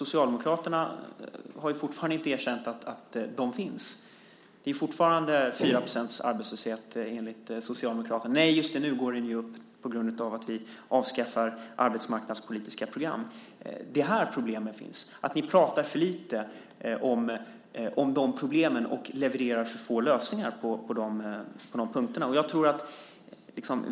Socialdemokraterna har ju fortfarande inte erkänt att de finns. Det är ju fortfarande 4 % arbetslöshet enligt Socialdemokraterna - nej, just nej, nu går den ju upp på grund av att vi avskaffar arbetsmarknadspolitiska program. Det är här problemen finns. Ni pratar för lite om de problemen och levererar för få lösningar på de punkterna.